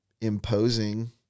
imposing